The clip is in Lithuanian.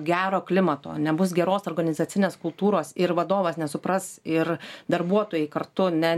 gero klimato nebus geros organizacinės kultūros ir vadovas nesupras ir darbuotojai kartu ne